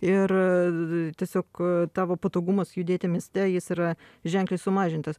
ir tiesiog tavo patogumas judėti mieste jis yra ženkliai sumažintas